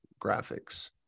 graphics